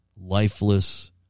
lifeless